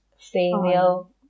female